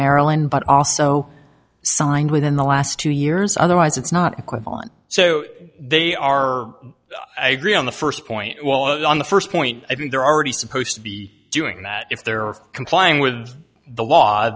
maryland but also signed within the last two years otherwise it's not equivalent so they are i agree on the st point well on the st point i mean they're already supposed to be doing that if there are complying with the law